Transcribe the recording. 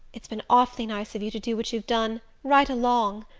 it's been awfully nice of you to do what you've done right along.